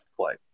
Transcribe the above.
play